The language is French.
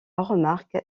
remarque